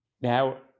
Now